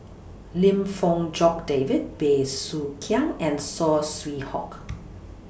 Lim Fong Jock David Bey Soo Khiang and Saw Swee Hock